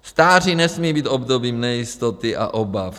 Stáří nesmí být obdobím nejistoty a obav.